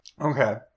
Okay